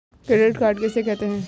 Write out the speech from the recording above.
Credit card किसे कहते हैं?